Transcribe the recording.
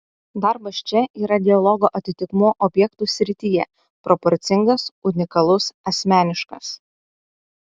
darbas čia yra dialogo atitikmuo objektų srityje proporcingas unikalus asmeniškas